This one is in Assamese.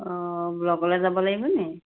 অঁ ব্লকলে যাব লাগিব নি